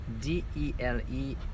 D-E-L-E